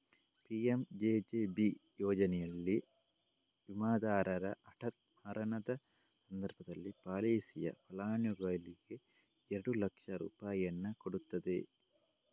PMJJB ಯೋಜನೆನಲ್ಲಿ ವಿಮಾದಾರರ ಹಠಾತ್ ಮರಣದ ಸಂದರ್ಭದಲ್ಲಿ ಪಾಲಿಸಿಯ ಫಲಾನುಭವಿಗೆ ಎರಡು ಲಕ್ಷ ರೂಪಾಯಿಯನ್ನ ಕೊಡ್ತದೆ